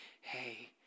hey